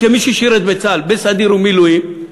כמי ששירת בצה"ל בסדיר ובמילואים: